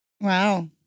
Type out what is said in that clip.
Wow